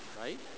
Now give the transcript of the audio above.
Right